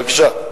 בבקשה.